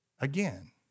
again